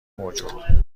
موجود